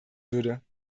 würde